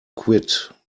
quit